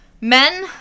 men